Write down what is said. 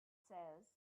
says